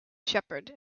shepherd